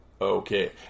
Okay